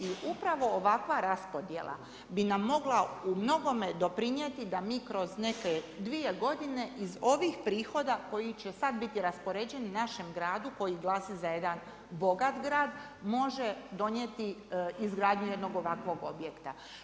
I upravo ovakva raspodjela bi nam mogla u mnogome doprinijeti da mi kroz neke 2 godine iz ovih prihoda koji će sada biti raspoređeni našem gradu koji glasi za jedan bogat grad može donijeti izgradnju jednog ovakvog objekta.